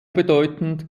bedeutend